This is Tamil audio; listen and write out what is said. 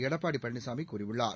எடப்பாடி பழனிசாமி கூறியுள்ளார்